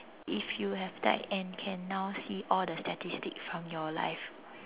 if you have died and can now see all the statistics from your life